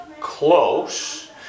close